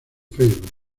facebook